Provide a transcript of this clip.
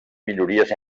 minories